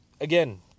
again